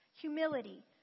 humility